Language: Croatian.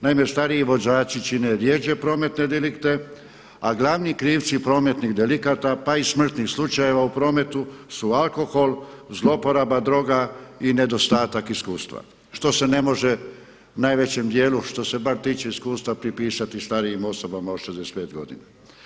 Naime, stariji vozači čine rjeđe prometne delikte, a glavni krivci prometnih delikata pa i smrtnih slučajeva u prometu su alkohol, zlouporaba droga i nedostatak iskustva što se ne može najvećem dijelu što se bar tiče iskustva pripisati starijim osobama od 65 godina.